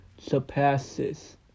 surpasses